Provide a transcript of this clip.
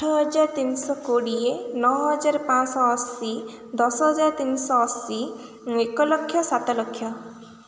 ଆଠ ହଜାର ତିନିଶହ କୋଡ଼ିଏ ନଅହଜାର ପାଞ୍ଚଶହ ଅଶୀ ଦଶ ହଜାର ତିନିଶହ ଅଶୀ ଏକ ଲକ୍ଷ ସାତ ଲକ୍ଷ